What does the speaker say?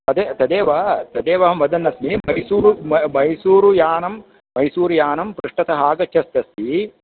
तदेव तदेव तदेव अहं वदन् अस्मि मैसूरु मैसूरुयानं मैसूरु यानं पृष्टत आगच्छत् अस्ति